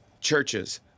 Churches